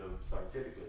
scientifically